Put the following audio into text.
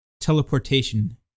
teleportation